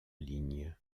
ligne